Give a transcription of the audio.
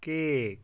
cake